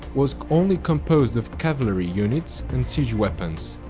was only composed of cavalry units and siege weapons.